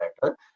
better